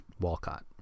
Walcott